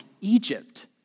Egypt